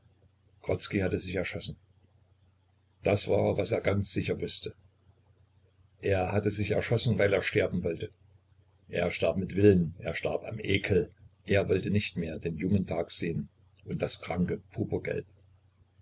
hat sich erschossen das war was er ganz sicher wußte er hat sich erschossen weil er sterben wollte er starb mit willen er starb am ekel er wollte nicht mehr den jungen tag sehen und das kranke